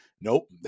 nope